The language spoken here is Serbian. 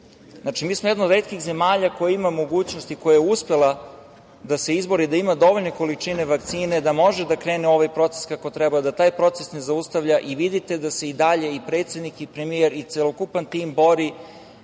mi smo jedna od retkih zemalja koje imamo mogućnosti i koja je uspela da se izbori da ima dovoljne količine vakcine da može da krene u ovaj proces kako treba, da taj proces ne zaustavlja i vidite da se i dalje i predsednik i premijer i celokupan tim bori